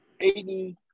Aiden